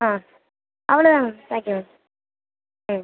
ஆ அவ்வளோ தாங்க thank you ma'am ம்